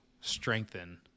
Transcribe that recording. strengthen